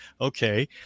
Okay